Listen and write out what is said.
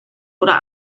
oder